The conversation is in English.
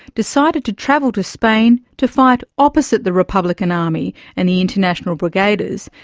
decided to travel to spain to fight opposite the republican army and the international brigaders,